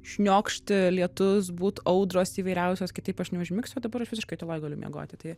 šniokšti lietus būt audros įvairiausios kitaip aš neužmigsiu o dabar visiškai tyloj galiu miegoti tai